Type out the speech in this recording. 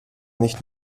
nicht